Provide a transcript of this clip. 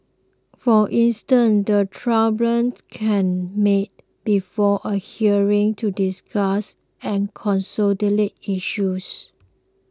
for instance the tribunal can meet before a hearing to discuss and consolidate issues